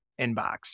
inbox